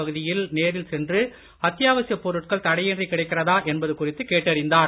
பகுதிக்கு நேரில் சென்று அத்தியாவசியப் பொருட்கள் தடையின்றி கிடைக்கிறதா என்பது குறித்து கேட்டறிந்தார்